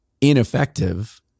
ineffective